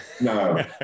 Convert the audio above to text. No